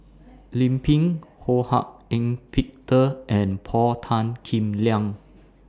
Lim Pin Ho Hak Ean Peter and Paul Tan Kim Liang